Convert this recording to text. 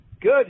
Good